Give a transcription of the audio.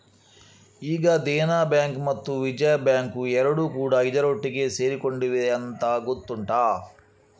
ಈಗ ದೇನಾ ಬ್ಯಾಂಕು ಮತ್ತು ವಿಜಯಾ ಬ್ಯಾಂಕು ಎರಡೂ ಕೂಡಾ ಇದರೊಟ್ಟಿಗೆ ಸೇರಿಕೊಂಡಿದೆ ಅಂತ ಗೊತ್ತುಂಟಾ